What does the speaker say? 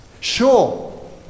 Sure